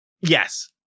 Yes